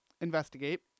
investigate